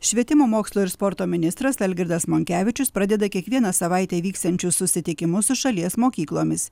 švietimo mokslo ir sporto ministras algirdas monkevičius pradeda kiekvieną savaitę vyksiančius susitikimus su šalies mokyklomis